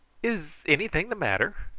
is anything the matter?